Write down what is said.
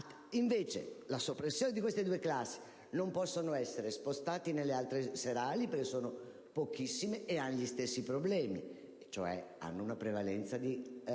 Invece, con la soppressione di queste due classi gli studenti non possono essere spostati nelle altre classi serali perché sono pochissime e hanno gli stessi problemi, cioè hanno una prevalenza di alunni